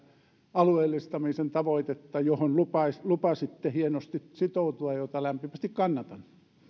alueellistamisen tavoitetta johon lupasitte lupasitte hienosti sitoutua ja jota lämpimästi kannatan